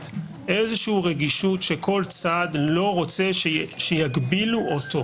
איזושהי רגישות שכל צד לא רוצה שיגבילו אותו.